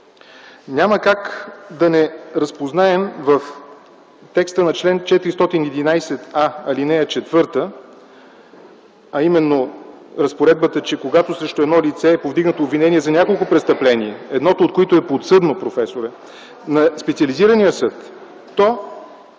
Няма как да не разпознаем в текста на чл. 411а, ал. 4, а именно разпоредбата, че когато срещу едно лице е повдигнато обвинение за няколко престъпления, едното от които е подсъдно, професоре, на специализирания съд